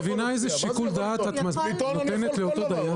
את מבינה איזה שיקול דעת את נותנת לאותו דיין?